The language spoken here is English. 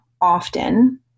often